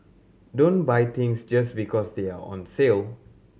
don't buy things just because they are on sale